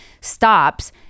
stops